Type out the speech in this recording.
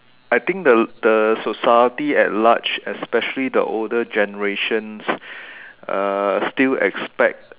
I think the the society at large especially the older generations uh still expect